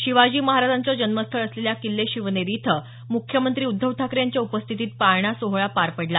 शिवाजी महाराजांचं जन्मस्थळ असलेल्या किल्ले शिवनेरी इथं मुख्यमंत्री उद्धव ठाकरे यांच्या उपस्थितीत पाळणा सोहळा पार पडला